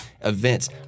events